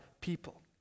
people